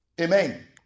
Amen